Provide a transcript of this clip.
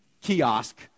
kiosk